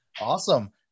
Awesome